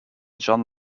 john